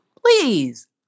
Please